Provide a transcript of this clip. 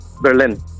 Berlin